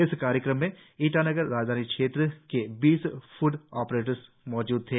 इस कार्यक्रम में ईटानगर राजधानी क्षेत्र के बीस फूड ऑपरेटर्स मौजूद थे